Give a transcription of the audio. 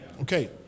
Okay